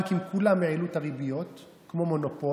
הבנקים כולם העלו את הריביות כמו מונופול,